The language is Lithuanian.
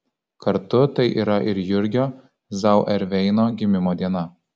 kartu tai yra ir jurgio zauerveino gimimo diena